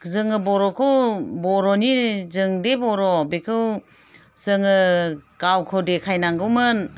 जोङो बर'खौ बर'नि जोंदि बर' बेखौ जोङो गावखौ देखायनांगौमोन